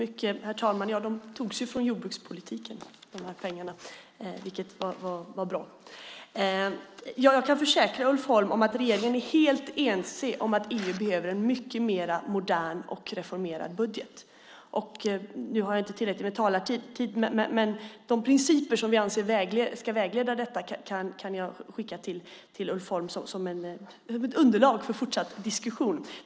Herr talman! De pengarna togs från jordbrukspolitiken, vilket var bra. Ja, jag kan försäkra Ulf Holm att regeringen är helt enig om att EU behöver en mycket modernare och mer reformerad budget. Nu har jag inte tillräckligt med talartid för att redogöra för de principer som vi anser ska vägleda detta, men jag kan skicka underlaget till Ulf Holm för fortsatt diskussion.